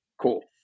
cool